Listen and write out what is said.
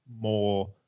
more